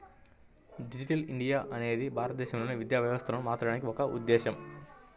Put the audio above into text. digital India అనేది భారతదేశంలోని విద్యా వ్యవస్థను మార్చడానికి ఒక ఉద్ధేశం